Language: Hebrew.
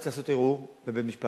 צריך לעשות ערעור לבית-המשפט,